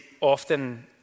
often